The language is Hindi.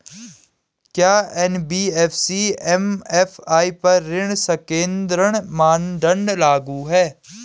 क्या एन.बी.एफ.सी एम.एफ.आई पर ऋण संकेन्द्रण मानदंड लागू हैं?